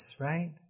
right